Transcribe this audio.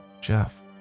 Jeff